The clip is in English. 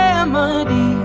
remedy